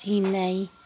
Chennai